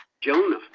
Jonah